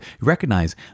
recognize